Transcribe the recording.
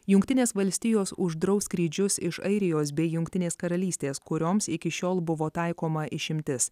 jungtinės valstijos uždraus skrydžius iš airijos bei jungtinės karalystės kurioms iki šiol buvo taikoma išimtis